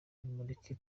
nimureke